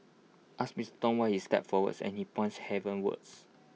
ask Mister Tong why he stepped forward and he points heavenwards